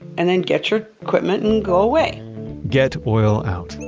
and then get your equipment and go away get oil out,